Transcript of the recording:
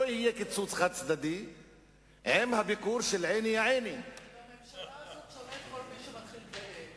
אני רוצה שיעמדו לנגד עיניכם כל אותן אוכלוסיות שלא מקבלות